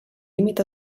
límit